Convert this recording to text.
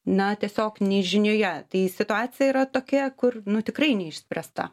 na tiesiog nežinioje tai situacija yra tokia kur nu tikrai neišspręsta